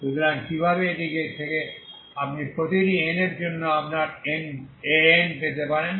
সুতরাং কিভাবে এটি থেকে আপনি প্রতিটি n এর জন্য আপনার An পেতে পারেন